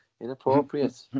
Inappropriate